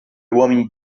uomini